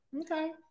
Okay